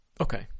Okay